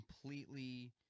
completely